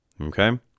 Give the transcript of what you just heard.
okay